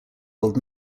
old